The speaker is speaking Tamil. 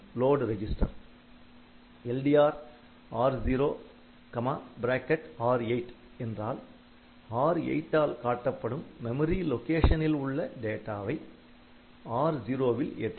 LDR R0R8 என்றால் R8 ஆல் காட்டப்படும் மெமரி லொக்கேஷனில் உள்ள டேட்டாவை R0 ல் ஏற்றும்